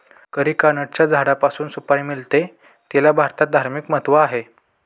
अरिकानटच्या झाडापासून सुपारी मिळते, तिला भारतात धार्मिक महत्त्व आहे